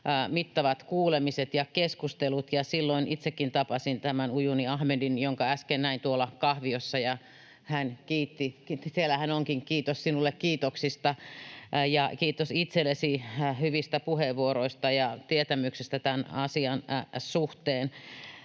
mittavat kuulemiset ja keskustelut, ja silloin itsekin tapasin tämän Ujuni Ahmedin, jonka äsken näin tuolla kahviossa, ja hän kiitti. — Siellä hän onkin. Kiitos sinulle kiitoksista, ja kiitos itsellesi hyvistä puheenvuoroista ja tietämyksestä tämän asian suhteen.